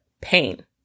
pain